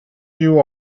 you